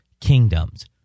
kingdoms